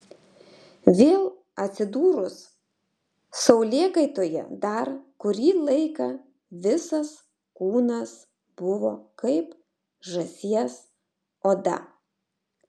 vėl atsidūrus saulėkaitoje dar kurį laiką visas kūnas buvo kaip žąsies oda